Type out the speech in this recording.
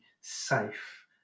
safe